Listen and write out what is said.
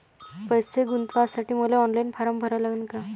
पैसे गुंतवासाठी मले ऑनलाईन फारम भरा लागन का?